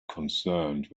concerned